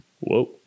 whoa